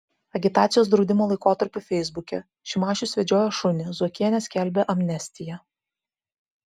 agitacijos draudimo laikotarpiu feisbuke šimašius vedžiojo šunį zuokienė skelbė amnestiją